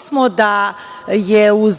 smo da je uz